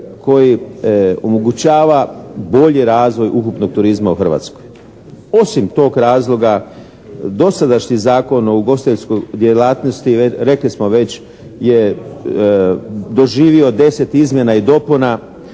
koji omogućava bolji razvoj ukupnog turizma u Hrvatskoj. Osim tog razloga dosadašnji Zakon o ugostiteljskoj djelatnosti rekli smo već, je doživio 10 izmjena i dopuna.